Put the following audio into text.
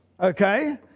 okay